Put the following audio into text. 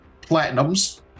platinums